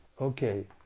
Okay